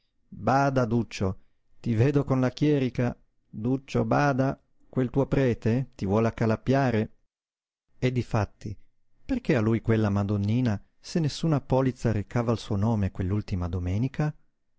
bada duccio ti vedo con la chierica duccio bada quel tuo prete ti vuole accalappiare e difatti perché a lui quella madonnina se nessuna polizza recava il suo nome quell'ultima domenica